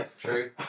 True